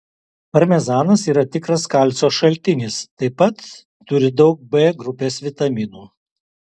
parmezanas yra tikras kalcio šaltinis taip pat turi daug b grupės vitaminų